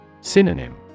Synonym